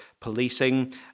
policing